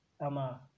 ama